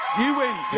you win. you're